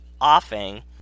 offing